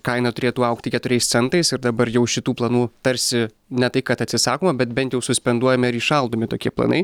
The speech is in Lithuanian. kaina turėtų augti keturiais centais ir dabar jau šitų planų tarsi ne tai kad atsisakoma bet bent jau suspenduojami ir įšaldomi tokie planai